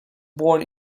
born